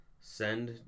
Send